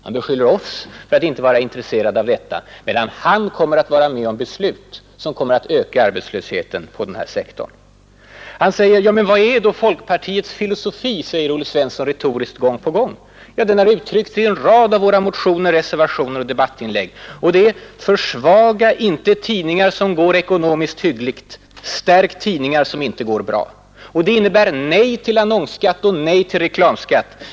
Han beskyller oss för att inte vara intresserade av sysselsättningen där, medan han själv kommer att vara med om beslut som kommer att öka arbetslösheten på den här sektorn. Olle Svensson frågar retoriskt gång på gång: Vad är då folkpartiets pressfilosofi? Den har förts fram i en rad av våra motioner, reservationer och debattinlägg. Den är: Försvaga inte tidningar som går ekonomiskt hyggligt, stärk tidningar som inte går bra. Det innebär nej till annonsskatt och nej till reklamskatt.